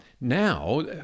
Now